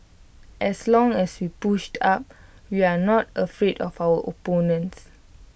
as long as we push up we are not afraid of our opponents